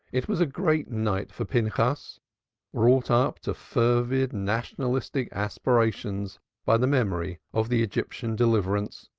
it was a great night for pinchas wrought up to fervid nationalistic aspirations by the memory of the egyptian deliverance,